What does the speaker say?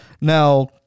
Now